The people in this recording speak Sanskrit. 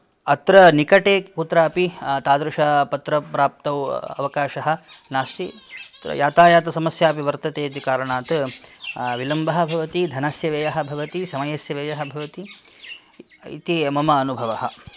अत्र निकटे कुत्रापि तादृश पत्रप्राप्तौ अवकाशः नास्ति यातायतसमस्या वर्तते इति कारणात् विलम्बः भवति धनस्य व्ययः भवति समयस्य व्ययः भवति इति मम अनुभवः